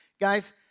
Guys